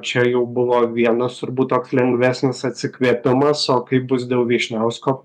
čia jau buvo vienas turbūt toks lengvesnis atsikvėpimas o kaip bus dėl vyšniausko